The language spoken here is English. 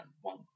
one